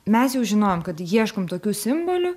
mes jau žinojom kad ieškom tokių simbolių